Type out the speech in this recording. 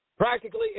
Practically